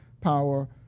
power